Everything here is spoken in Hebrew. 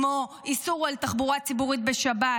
כמו איסור תחבורה ציבורית בשבת,